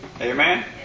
Amen